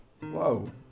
whoa